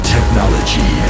Technology